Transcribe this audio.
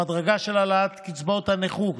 המדרגה של העלאת קצבאות הנכות,